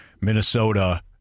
Minnesota